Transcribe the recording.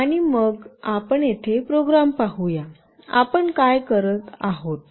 आणि मग आपण येथे प्रोग्राम पाहूया आपण काय करत आहोत